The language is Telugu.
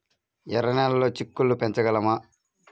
ఎర్ర నెలలో చిక్కుళ్ళు పెంచగలమా?